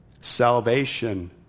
salvation